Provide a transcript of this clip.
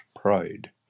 pride